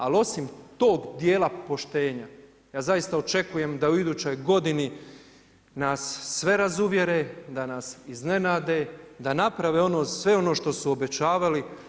Ali osim tog dijela poštenja, ja zaista očekujem da u idućoj godini nas sve razuvjere, da nas iznenade, da naprave sve ono što su obećavali.